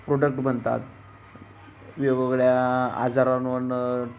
product बनतात वेगवेगळ्या आजारांवरनं